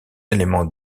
éléments